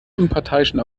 unparteiischen